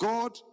God